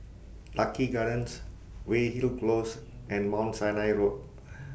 Lucky Gardens Weyhill Close and Mount Sinai Road